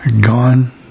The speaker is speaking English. Gone